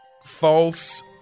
False